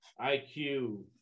IQ